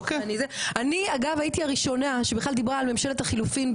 אני אגב הייתי הראשונה שבכלל דיבר על ממשלת החילופין,